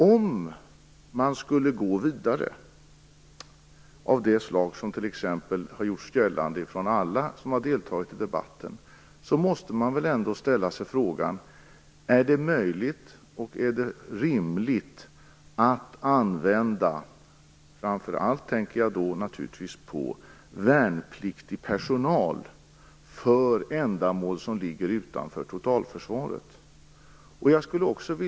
Om man skall gå vidare - på det sätt som har gjorts gällande av alla som har deltagit i debatten - måste man ställa sig frågan om det är möjligt och rimligt att använda värnpliktig personal för ändamål som ligger utanför totalförsvaret?